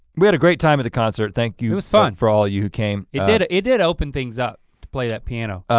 we had a great time at the concert, thank you it was fun. for all you who came. it did it did open things up to play that piano.